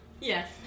Yes